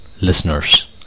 listeners